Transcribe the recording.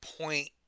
point